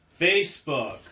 Facebook